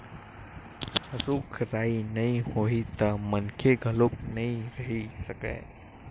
रूख राई नइ होही त मनखे घलोक नइ रहि सकय